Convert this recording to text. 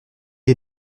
est